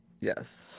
Yes